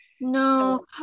no